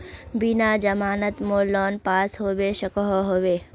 बिना जमानत मोर लोन पास होबे सकोहो होबे?